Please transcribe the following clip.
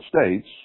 states